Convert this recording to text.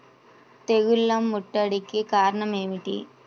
తెగుళ్ల ముట్టడికి కారణం ఏమిటి?